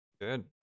good